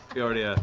we already ah